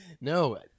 No